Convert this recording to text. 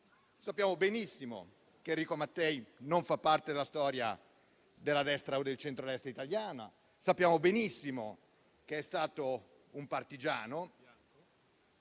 sappiamo benissimo che Enrico Mattei non fa parte della storia della destra o del centrodestra italiane; sappiamo benissimo che è stato un partigiano;